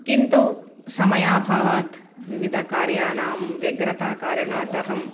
किन्तु समयाभावात् विविधकार्याणां व्यग्रता कारणात् अहं